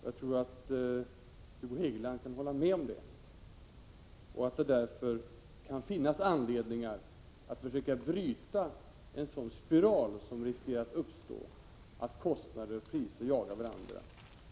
Jag tror att Hugo Hegeland kan hålla med om det och att det därför kan finnas anledningar att försöka bryta en sådan spiral som kan uppstå när kostnader och priser jagar varandra.